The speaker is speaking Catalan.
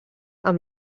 amb